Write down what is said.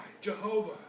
Jehovah